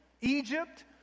Egypt